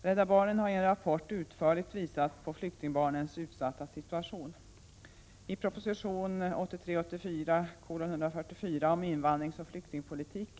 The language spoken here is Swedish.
Rädda barnen har i en rapport utförligt visat på flyktingbarnens utsatta situation. I proposition 1983/84:144 om invandringsoch flyktingpolitiken anförde = Prot.